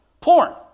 Porn